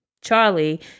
Charlie